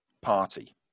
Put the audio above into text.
party